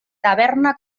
taverna